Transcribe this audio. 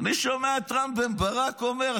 אני שומע את רם בן ברק אומר,